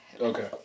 Okay